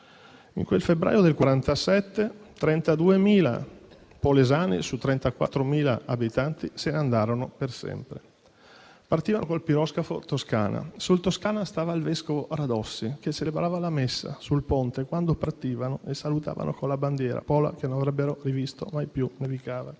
In quel febbraio del 1947, 32.000 polesani su 34.000 abitanti se andarono per sempre. Partirono col piroscafo Toscana. Sul Toscana stava il vescovo Radossi, che celebrava la messa sul ponte, quando partivano e salutavano con la bandiera Pola, che non avrebbero rivisto mai più. E cantavano